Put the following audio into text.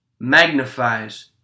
magnifies